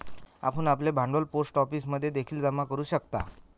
आपण आपले भांडवल पोस्ट ऑफिसमध्ये देखील जमा करू शकता